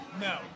No